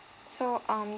so um